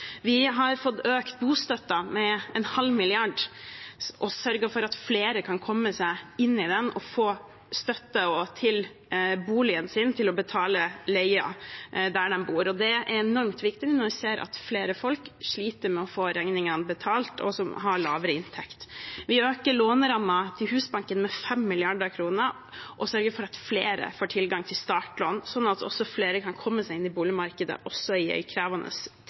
Vi har fått økt bostøtten med en halv milliard kroner og sørget for at flere kan ta del i den og få støtte til å betale husleien der de bor. Det er enormt viktig når vi nå ser at flere sliter med å få betalt regningene fordi de har lavere inntekt. Vi øker lånerammen til Husbanken med 5 mrd. kr og sørger for at flere får tilgang til startlån, sånn at flere kan komme seg inn i boligmarkedet også i en krevende